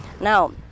Now